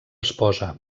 esposa